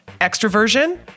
extroversion